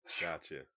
Gotcha